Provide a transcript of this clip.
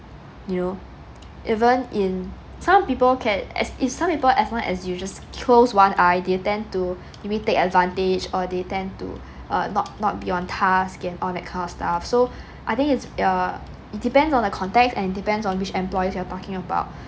you know even in some people can as is some people as long as you just close one eye they tend to maybe take advantage or they tend to uh not not be on task and all that kind of stuff so I think it's uh it depends on the context and depends on which employees you're talking about